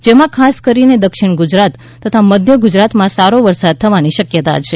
જેમાં ખાસ કરીને દક્ષિણ ગુજરાત તથા મધ્ય ગુજરાતમાં સારો વરસાદ થવાની શકયતા છે